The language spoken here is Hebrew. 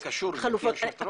אבל זה קשור, גברתי היושבת-ראש.